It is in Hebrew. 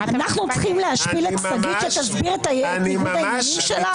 אנחנו צריכים להשפיל את שגית שתסביר את ניגוד העניינים שלה?